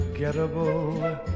Unforgettable